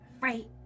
Right